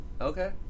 Okay